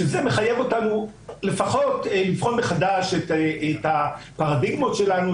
שזה מחייב אותנו לפחות לבחון מחדש את הפרדיגמות שלנו,